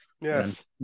yes